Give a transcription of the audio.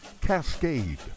Cascade